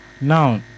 now